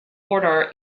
order